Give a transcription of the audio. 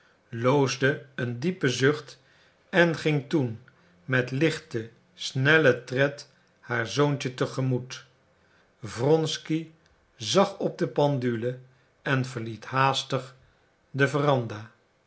loosde een diepe zucht en ging toen met lichten snellen tred haar zoontje te gemoet wronky zag op de pendule en verliet haastig de veranda